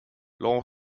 law